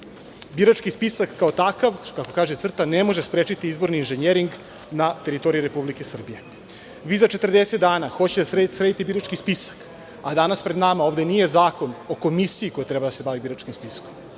Birački spisak kao takav, kaže CRTA, ne može sprečiti izborni inženjering na teritoriji Republike Srbije. Vi za 40 dana hoćete da sredite birački spisak, a danas pred nama ovde nije zakon o komisiji koja treba da se bavi biračkim spiskom.